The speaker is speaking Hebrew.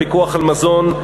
הפיקוח על מזון,